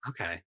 Okay